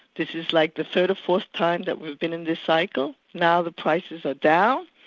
this is like the third or fourth time that we've been in this cycle. now the prices are down,